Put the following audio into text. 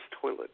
Toilet